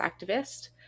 activist